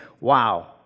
wow